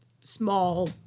small